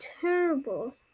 terrible